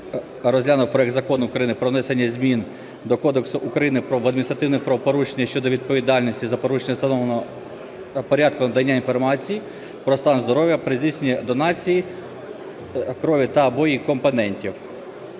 розглянув проект Закону України про внесення змін до Кодексу України про адміністративні правопорушення щодо відповідальності за порушення встановленого порядку надання інформації про стан здоров’я при здійсненні донації крові та (або) її компонентів.